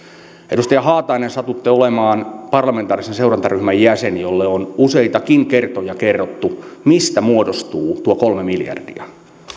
edustaja haatainen satutte olemaan sen parlamentaarisen seurantaryhmän jäsen jolle on useitakin kertoja kerrottu mistä muodostuu tuo kolme miljardia